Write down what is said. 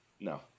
No